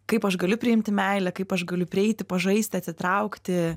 kaip aš galiu priimti meilę kaip aš galiu prieiti pažaisti atsitraukti